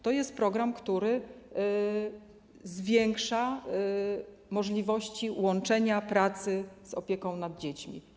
To jest program, który zwiększa możliwości łączenia pracy z opieką nad dziećmi.